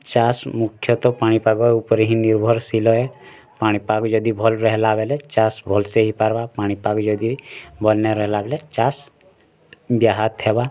ଚାଷ୍ ମୁଖ୍ୟତଃ ପାଣି ପାଗ ଉପରେ ହିଁ ନିର୍ଭରଶିଳ ଏ ପାଣି ପାଗ ଯଦି ଭଲ୍ ରହେଲା ବେଲେ ଚାଷ୍ ଭଲ୍ ସେ ହେଇ ପାରବା ପାଣି ପାଗ ଯଦି ଭଲ୍ ନାଇଁ ରହେଲା ବୋଲେ ଚାଷ୍ ବ୍ୟାଘାତ୍ ହେବା